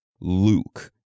Luke